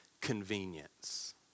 convenience